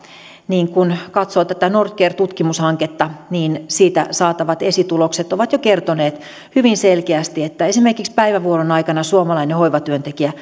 niin kun katsoo tätä nordcare tutkimushanketta niin siitä saatavat esitulokset ovat kertoneet jo hyvin selkeästi että esimerkiksi päivävuoron aikana suomalainen hoivatyöntekijä